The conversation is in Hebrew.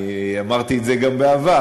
אני אמרתי את זה גם בעבר.